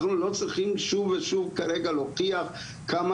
אנחנו לא צריכים שוב ושוב כרגע להוכיח כמה